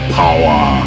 power